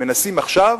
מנסים עכשיו